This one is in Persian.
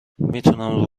میتونم